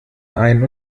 ein